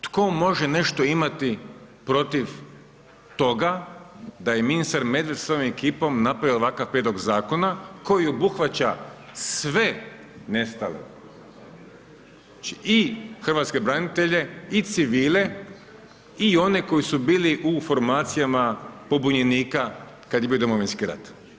Tko može nešto imati protiv toga, da je ministar Medved, s ovom ekipom napravio ovakav prijedlog zakona, koji obuhvaća sve nestale i hrvatske branitelje i civile i one koji su bili u formacijama pobunjenika, kada je bio Domovinski rat.